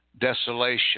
desolation